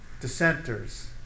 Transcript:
dissenters